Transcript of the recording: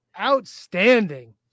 Outstanding